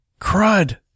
crud